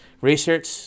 Research